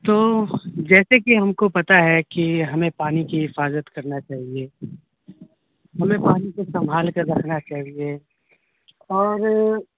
تو جیسے کہ ہم کو پتا ہے کہ ہمیں پانی کی حفاظت کرنا چاہیے ہمیں پانی کو سنبھال کر رکھنا چاہیے اور